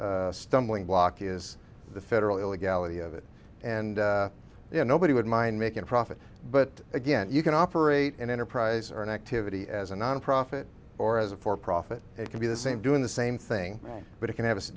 stumbling block is the federal illegality of it and yet nobody would mind making a profit but again you can operate an enterprise or an activity as a nonprofit or as a for profit it can be the same doing the same thing but it can have a